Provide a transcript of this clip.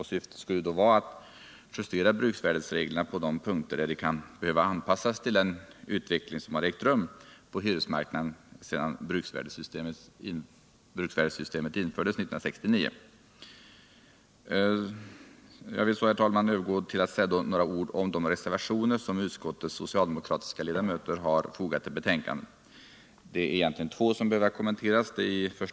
Syftet skall vara att justera bruksvärdesreglerna på de punkter där de kan behöva anpassas till den utveckling som ägt rum på hyresmarknaden sedan 1969, då bruksvärdessystemet infördes. Herr talman! Så några ord om de reservationer som utskottets socialdemokratiska ledmöter har fogat till betänkandet. Det är egentligen två reservationer som behöver kommenteras.